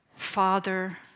Father